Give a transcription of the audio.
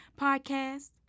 podcast